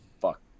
Fuck